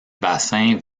bassin